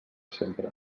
sempre